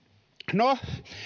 no